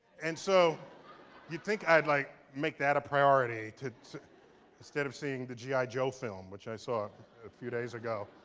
and so you'd think i'd like make that a priority to. instead of seeing the g i. joe film which i saw a few days ago.